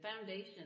foundation